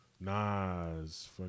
Nas